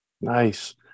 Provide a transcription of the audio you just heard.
Nice